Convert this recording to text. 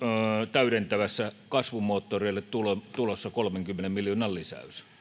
täydentävässä kasvumoottoreille tulossa tulossa kolmenkymmenen miljoonan lisäys